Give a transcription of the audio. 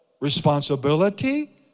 responsibility